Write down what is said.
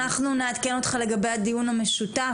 אנחנו נעדכן אותך לגבי הדיון המשותף,